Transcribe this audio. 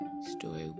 story